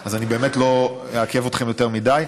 אז אני באמת לא אעכב אתכם יותר מדי.